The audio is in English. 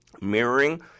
Mirroring